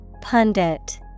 Pundit